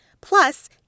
Plus